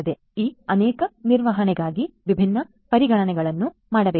ಆದ್ದರಿಂದ ಈ ಅನೇಕ ನಿರ್ವಹಣೆಗಾಗಿ ಈ ವಿಭಿನ್ನ ಪರಿಗಣನೆಗಳನ್ನು ಮಾಡಬೇಕಾಗಿದೆ